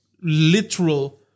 literal